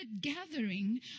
gathering